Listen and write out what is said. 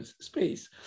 space